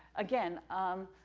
again, um,